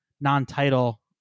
non-title